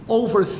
over